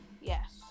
Yes